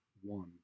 one